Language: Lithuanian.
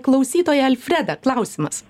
klausytoją alfredą klausimas